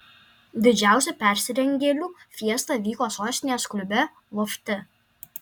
didžiausia persirengėlių fiesta vyko sostinės klube lofte